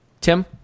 Tim